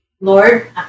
Lord